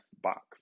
box